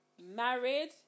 married